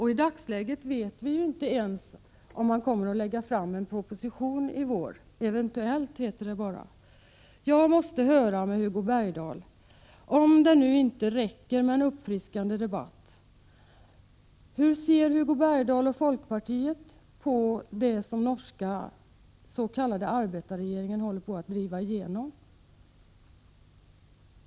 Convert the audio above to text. I dagsläget vet vi inte ens om regeringen kommer att lägga fram en proposition i vår — eventuellt heter det bara. Jag måste höra med Hugo Bergdahl: Om det inte räcker med en uppfriskande debatt, hur ser Hugo Bergdahl och folkpartiet på det som den norska s.k. arbetarregeringen håller på att driva igenom?